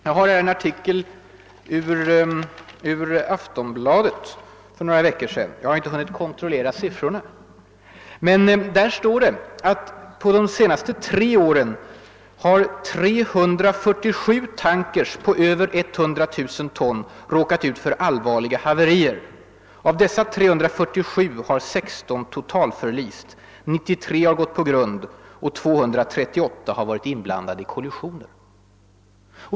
Jag har här en artikel ur Aftonbladet för några veckor sedan — jag har inte hunnit kontrollera siffrorna. I artikeln står det, att under de senaste tre åren har 347 tankers på över 100 000 ton råkat ut för allvarliga haverier. Av dessa 347 har 16 totalförlist, 93 gått på grund och 238 varit inblandade i kollisioner.